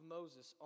Moses